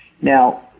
now